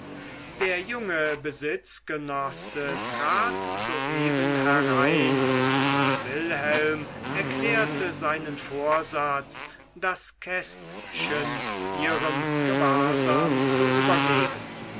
der junge besitzgenosse trat soeben herein und wilhelm erklärte seinen vorsatz das kästchen ihrem gewahrsam zu übergeben